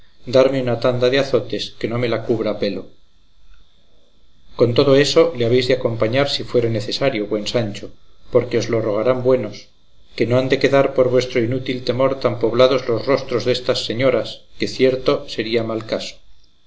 darme una tanda de azotes que no me la cubra pelo con todo eso le habéis de acompañar si fuere necesario buen sancho porque os lo rogarán buenos que no han de quedar por vuestro inútil temor tan poblados los rostros destas señoras que cierto sería mal caso